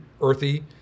earthy